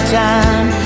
time